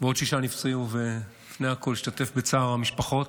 ועוד שישה נפצעו, ולפני הכול, אשתתף בצער המשפחות.